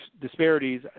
disparities